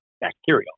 bacterial